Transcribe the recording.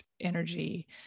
energy